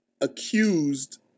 accused